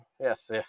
yes